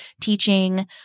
teaching